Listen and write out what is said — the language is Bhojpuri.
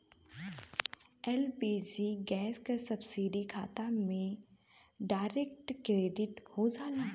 एल.पी.जी गैस क सब्सिडी खाता में डायरेक्ट क्रेडिट हो जाला